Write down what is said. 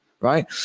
Right